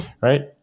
right